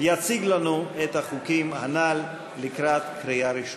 יציג לנו את החוקים הנ"ל לקראת קריאה ראשונה.